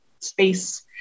space